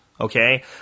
Okay